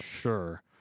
sure